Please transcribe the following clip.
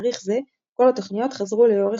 בתאריך זה כל התוכניות חזרו לאורך